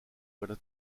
voilà